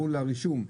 מול הרישום,